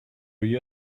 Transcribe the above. you